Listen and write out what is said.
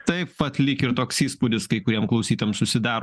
taip pat lyg ir toks įspūdis kai kuriem klausytojam susidaro